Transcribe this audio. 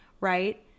right